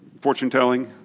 fortune-telling